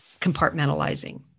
compartmentalizing